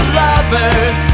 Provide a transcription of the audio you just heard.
lovers